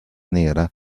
nera